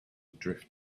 drift